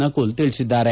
ನಕುಲ್ ತಿಳಿಸಿದ್ದಾರೆ